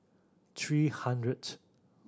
three hundredth